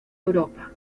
europa